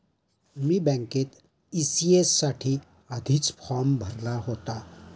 मी बँकेत ई.सी.एस साठी आधीच फॉर्म भरला होता